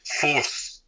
force